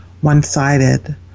one-sided